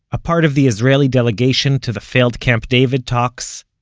a part of the israeli delegation to the failed camp david talks,